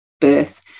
birth